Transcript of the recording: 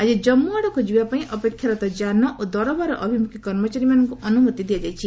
ଆଜି ଆଜ୍ମୁ ଆଡ଼କୁ ଯିବା ପାଇଁ ଅପେକ୍ଷାରତ ଜାନ ଓ ଦରବାର ଅଭିମୁଖି କର୍ମଚାରୀମାନଙ୍କୁ ଅନୁମତି ଦିଆଯାଇଛି